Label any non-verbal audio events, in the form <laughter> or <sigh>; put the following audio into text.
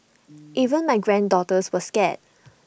<noise> even my granddaughters were scared